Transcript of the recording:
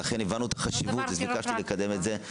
לכן הבנו את החשיבות וביקשתי לקדם את זה.